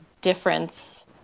difference